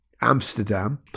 Amsterdam